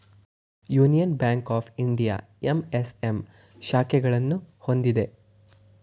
union Bank of India MSM ಶಾಖೆಗಳನ್ನು ಹೊಂದಿದೆ